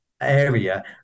area